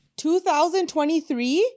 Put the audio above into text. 2023